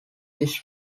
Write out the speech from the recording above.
this